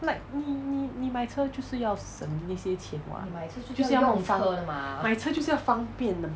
like 你你你买车就是要省那些钱 [what] 就是要用方买车就是要方便的 shi yao fang bian de mah